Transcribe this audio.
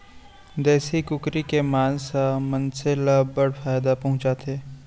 देसी कुकरी के मांस ह मनसे ल बड़ फायदा पहुंचाथे